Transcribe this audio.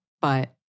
but-